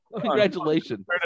Congratulations